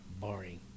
Boring